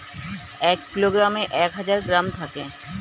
এক কিলোগ্রামে এক হাজার গ্রাম থাকে